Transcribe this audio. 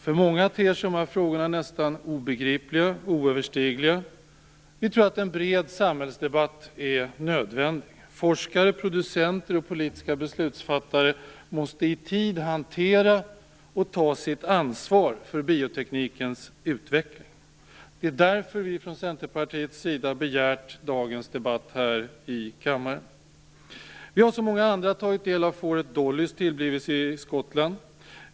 För många ter sig dessa frågor nästan obegripliga och oöverstigliga. Vi tror att en bred samhällsdebatt är nödvändig. Forskare, producenter och politiska beslutsfattare måste i tid hantera och ta sitt ansvar för bioteknikens utveckling. Det är därför som vi från Centerpartiets sida begärt dagens debatt här i kammaren. Vi har som många andra tagit del av fåret Dollys tillblivelse i Skottland.